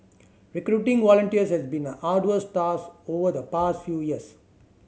recruiting volunteers has been an arduous task over the past few years